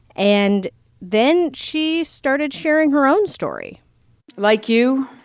and then she started sharing her own story like you,